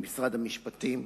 למשרד המשפטים,